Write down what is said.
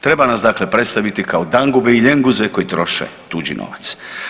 Treba nas dakle predstaviti kao dangube i ljenguze koje troše tuđi novac.